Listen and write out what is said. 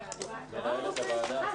צוהריים טובים לכולם,